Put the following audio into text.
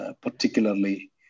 Particularly